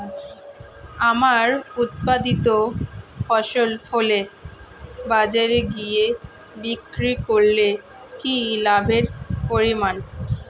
আমার উৎপাদিত ফসল ফলে বাজারে গিয়ে বিক্রি করলে কি লাভের পরিমাণ?